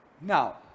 Now